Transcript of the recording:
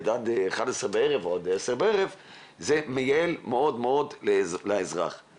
הרחבה או לא הרחבה --- את זוכרת כמה קיוסקים יש היום,